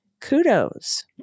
Kudos